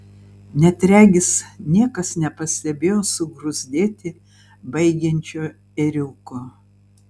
net regis niekas nepastebėjo sugruzdėti baigiančio ėriuko